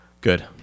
good